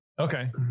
Okay